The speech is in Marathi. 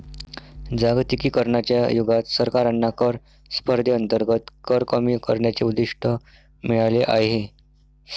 जागतिकीकरणाच्या युगात सरकारांना कर स्पर्धेअंतर्गत कर कमी करण्याचे उद्दिष्ट मिळाले आहे